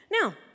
Now